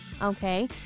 Okay